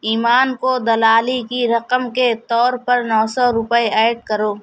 ایمان کو دلالی کی رقم کے طور پر نو سو روپے ایڈ کرو